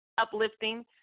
uplifting